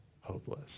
hopeless